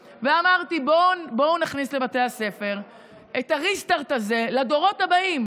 אמסלם, נגד אופיר אקוניס, אינו נוכח משה ארבל,